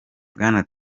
bwana